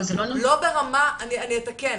אני אתקן,